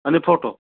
आणि फोटो